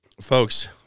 folks